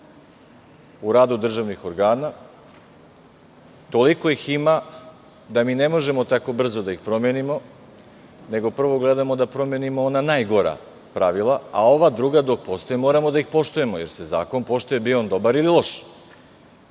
u radu državnih organa. Toliko ih ima da mi ne možemo tako brzo da ih promenimo, nego prvo gledamo da promenimo ona najgora pravila, a ova druga dok postoje moramo da poštujemo jer se zakon poštuje, bio on dobar ili loš. Kada